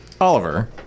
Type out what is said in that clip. Oliver